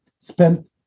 spent